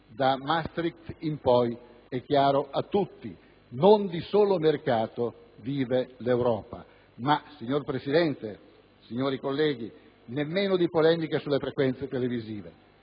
Da Maastricht in poi, è chiaro a tutti, non di solo mercato vive l'Europa ma, signor Presidente, signori colleghi, nemmeno di polemiche sulle frequenze televisive.